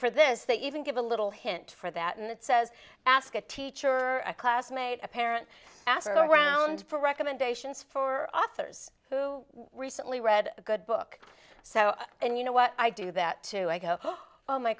for this they even give a little hint for that and it says ask a teacher or a classmate a parent ask around for recommendations for authors who recently read a good book so and you know what i do that too i go oh my